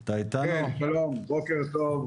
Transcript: שלום, בוקר טוב.